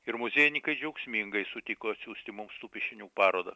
ir muziejininkai džiaugsmingai sutiko atsiųsti mums tų piešinių parodą